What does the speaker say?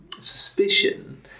suspicion